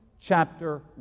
chapter